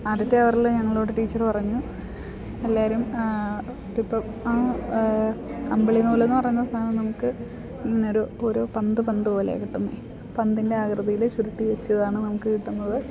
ആദ്യത്തെ അവറിൽ ഞങ്ങളോട് ടീച്ചർ പറഞ്ഞു എല്ലാവരും ഇപ്പം ആ കമ്പിളി നൂലെന്ന് പറയുന്ന സാധനം നമുക്ക് ഇങ്ങനൊരു ഓരോ പന്ത് പന്ത് പോലെ കിട്ടുന്നത് പന്തിൻ്റെ ആകൃതിയിൽ ചുരുട്ടി വെച്ചതാണ് നമുക്ക് കിട്ടുന്നത്